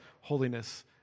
holiness